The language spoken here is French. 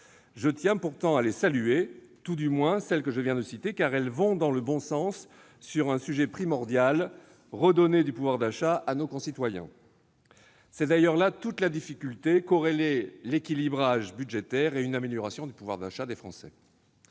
Je tiens pourtant à les saluer, tout du moins celles que je viens de citer, car elles vont dans le bon sens sur un sujet primordial : redonner du pouvoir d'achat à nos concitoyens. C'est d'ailleurs là toute la difficulté, corréler l'équilibrage budgétaire et une amélioration du pouvoir d'achat des Français.